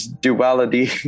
duality